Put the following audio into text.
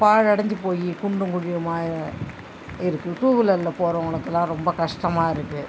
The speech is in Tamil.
பாழடஞ்சு போய் குண்டும் குழியுமாக இருக்குது டூவீலரில் போகிறவங்களுக்கலாம் ரொம்ப கஷ்டமாக இருக்குது